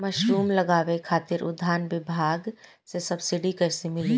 Mushroom लगावे खातिर उद्यान विभाग से सब्सिडी कैसे मिली?